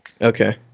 okay